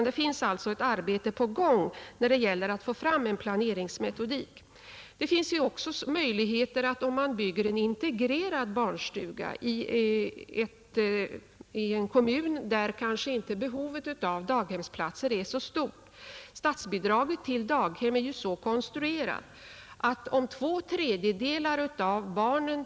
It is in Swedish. Det är således ett arbete på gång för att få fram en planeringsmetodik. Det finns också möjligheter att bygga en integrerad barnstuga i en kommun, där behovet av daghemsplatser kanske inte är så stort. Låt oss säga att det är en institution med 45 barn.